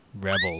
Rebels